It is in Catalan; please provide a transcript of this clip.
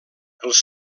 els